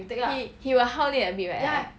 he he will hao lian a bit right